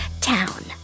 town